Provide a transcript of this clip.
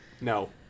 No